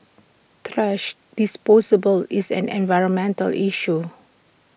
thrash disposal is an environmental issue